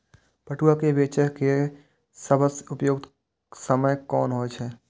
पटुआ केय बेचय केय सबसं उपयुक्त समय कोन होय छल?